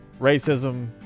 Racism